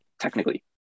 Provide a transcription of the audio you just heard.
technically